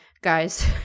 guys